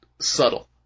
subtle